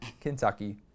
Kentucky